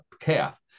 calf